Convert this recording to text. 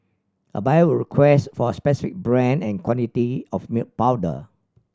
a buyer would request for a specific brand and quantity of milk powder